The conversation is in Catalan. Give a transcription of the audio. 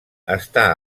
està